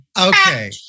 okay